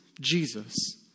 Jesus